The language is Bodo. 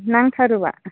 नांथारोबा